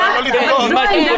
כן, זה מה שאנחנו חושבים.